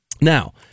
Now